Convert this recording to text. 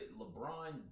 LeBron